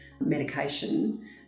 medication